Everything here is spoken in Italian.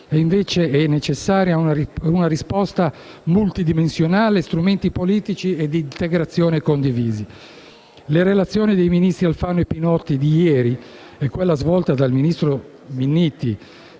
sono necessari una risposta multidimensionale e strumenti politici e di integrazione condivisi. Le relazioni dei ministri Alfano e Pinotti di ieri e quella svolta dal ministro Minniti